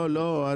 לא, לא נכון.